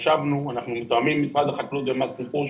אנחנו מתואמים עם משרד החקלאות ומס רכוש.